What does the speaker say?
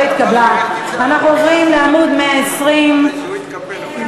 אנחנו עוברים להצבעה.